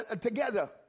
together